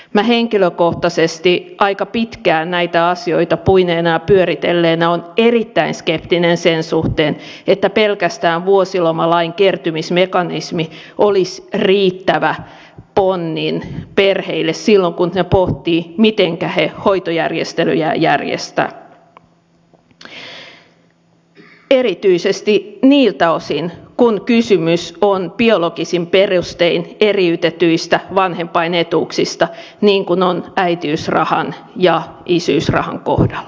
minä henkilökohtaisesti aika pitkään näitä asioita puineena ja pyöritelleenä olen erittäin skeptinen sen suhteen että pelkästään vuosilomalain kertymismekanismi olisi riittävä ponnin perheille silloin kun he pohtivat mitenkä he hoitojärjestelyjä järjestävät erityisesti niiltä osin kun kysymys on biologisin perustein eriytetyistä vanhempainetuuksista niin kuin on äitiysrahan ja isyysrahan kohdalla